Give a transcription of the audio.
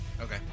Okay